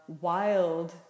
wild